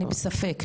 אני בספק,